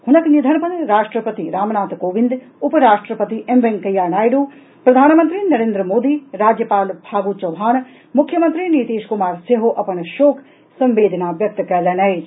हुनक निधन पर राष्ट्रपति रामनाथ कोविंद उप राष्ट्रपति एम वेकैंया नायडू प्रधानमंत्री नरेंद्र मोदी राज्यपाल फागू चौहान मुख्यमंत्री नीतीश कुमार सेहो अपन शोक संवेदना व्यक्त कयलनि अछि